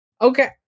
Okay